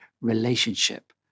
relationship